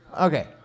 Okay